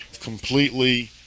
completely